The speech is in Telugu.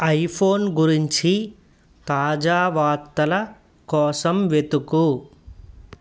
ఐఫోన్ గురించి తాజా వార్తల కోసం వెతుకు